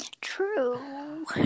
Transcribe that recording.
True